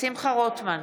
שמחה רוטמן,